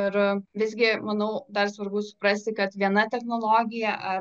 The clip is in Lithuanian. ir visgi manau dar svarbu suprasti kad viena technologija ar